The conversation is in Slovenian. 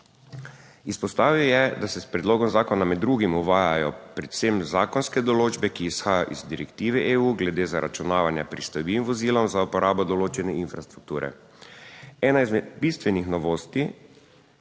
Izpostavil je, da se s predlogom zakona med drugim uvajajo predvsem zakonske določbe, ki izhajajo iz direktive EU glede zaračunavanja pristojbin vozilom za uporabo določene infrastrukture. Ena izmed bistvenih novosti